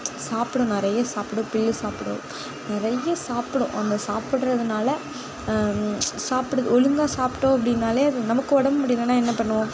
சாப்பிடும் நிறைய சாப்பிடும் பில்லு சாப்பிடும் நிறைய சாப்பிடும் அந்த சாப்பிடுறதுனால சாப்பிடுது ஒழுங்காக சாப்பிட்டோம் அப்படின்னாலே அது நமக்கு உடம் முடிலன்னா என்ன பண்ணுவோம்